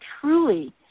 truly